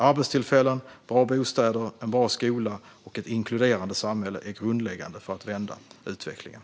Arbetstillfällen, bra bostäder, en bra skola och ett inkluderande samhälle är grundläggande för att vända utvecklingen.